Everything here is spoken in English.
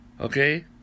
Okay